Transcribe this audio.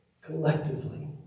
collectively